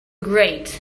great